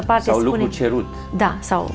the so